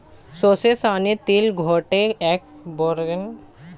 sesame মানে তিল যেটা এক ধরনের শস্য যা থেকে তেল হয়